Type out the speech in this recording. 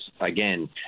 again